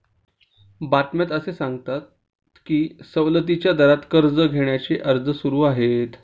बातम्यात असे सांगत होते की सवलतीच्या दरात कर्ज घेण्याचे अर्ज सुरू आहेत